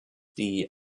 die